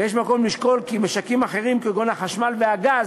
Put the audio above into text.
ויש מקום לשקול שמשקים אחרים, כגון החשמל והגז,